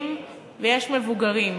צעירים ויש מבוגרים.